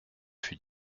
fut